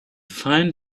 find